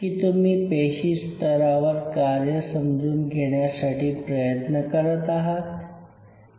की तुम्ही पेशिस्तरावर कार्य समजून घेण्यासाठी प्रयत्न करत आहात